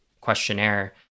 questionnaire